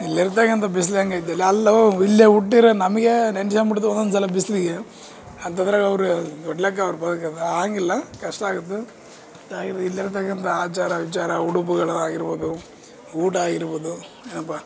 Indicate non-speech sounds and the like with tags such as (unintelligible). ಇಲ್ಲಿರ್ತಕಂಥ ಬಿಸ್ಲು ಹೆಂಗೈತಿ ಅಲ್ಲಾ ಅಲ್ಲೋ ಇಲ್ಲೇ ಹುಟ್ಟಿರೋ ನಮಗೆ ನೆನ್ಶಂಬಿಡ್ತು ಒನ್ನೊಂದ್ಸಲ ಬಿಸಿಲಿಗೆ ಅಂಥದ್ರಾಗ ಅವ್ರು (unintelligible) ಆಗಂಗಿಲ್ಲ ಕಷ್ಟ ಆಗುತ್ತೆ (unintelligible) ಇಲ್ಲಿರ್ತಕ್ಕಂಥ ಆಚಾರ ವಿಚಾರ ಉಡುಪುಗಳು ಆಗಿರ್ಬೌದು ಊಟ ಆಗಿರ್ಬೌದು ಏನಪ್ಪಾ